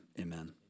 amen